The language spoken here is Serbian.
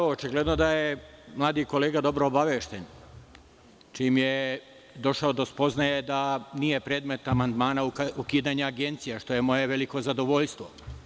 Očigledno da je mladi kolega dobro obavešten čim je došao do spoznaje da nije predmet amandmana ukidanje Agencije, što je moje veliko zadovoljstvo.